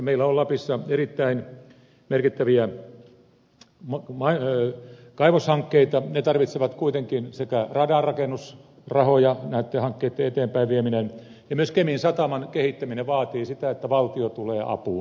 meillä on lapissa erittäin merkittäviä kaivoshankkeita mutta ne tarvitsevat kuitenkin radanrakennusrahoja näitten hankkeitten eteenpäin viemiseksi ja myös kemin sataman kehittäminen vaatii sitä että valtio tulee apuun